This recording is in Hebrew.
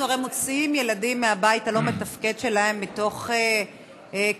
אנחנו הרי מוציאים ילדים מהבית הלא-מתפקד שלהם מתוך כוונה